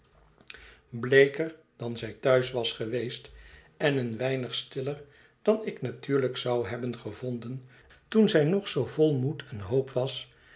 bleeker dan zij thuis was geweest en een weinig stiller dan ik natuurlijk zou hebben gevonden toen zij nog zoo vol moed en hoop was